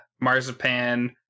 marzipan